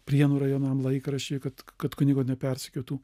prienų rajono laikraščiui kad kad kunigo nepersekiotų